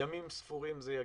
ימים ספורים זה יגיע,